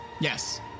Yes